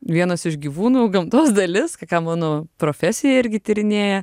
vienas iš gyvūnų gamtos dalis kai ką mano profesija irgi tyrinėja